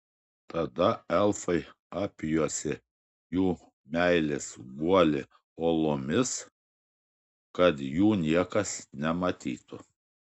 tada elfai apjuosė jų meilės guolį uolomis kad jų niekas nematytų